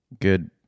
good